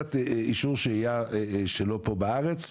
ויזת אישור השהייה שלו פה בארץ,